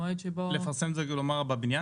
המועד שבו --- לפרסם זה בבניין?